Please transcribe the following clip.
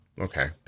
Okay